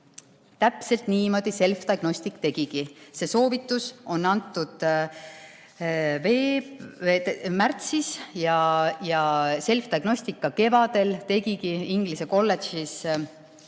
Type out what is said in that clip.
Täpselt niimoodi Selfdiagnostics tegigi. See soovitus on antud märtsis ja Selfdiagnostics kevadel tegigi inglise kolledžis